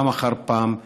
פעם אחר פעם,